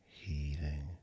healing